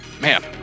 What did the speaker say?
Man